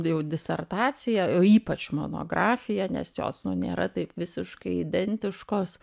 jau disertaciją o ypač monografiją nes jos nu nėra taip visiškai identiškos